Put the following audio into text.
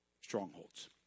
strongholds